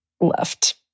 left